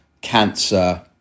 cancer